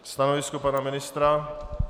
Stanovisko pana ministra?